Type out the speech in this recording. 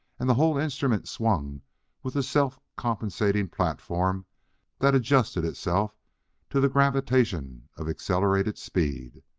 and the whole instrument swung with the self-compensating platform that adjusted itself to the gravitation of accelerated speed.